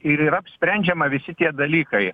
ir yra apsprendžiama visi tie dalykai